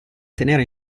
tenere